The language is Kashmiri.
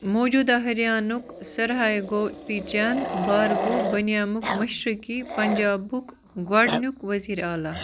موجوٗدا ہریانُک سِرساہُک گوپی چنٛد بھارگو بَنیٛومُک مشرِقی پنٛجابُک گۄڈنیُک ؤزیٖرِ اعلیٰ